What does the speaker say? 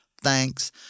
Thanks